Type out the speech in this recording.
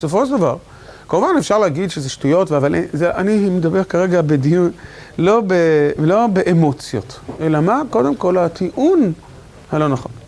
בסופו של דבר, כמובן אפשר להגיד שזה שטויות, אבל אני מדבר כרגע בדיון... לא ב... לא באמוציות, אלא מה, קודם כל, הטיעון הלא נכון?